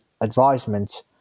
advisement